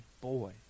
boy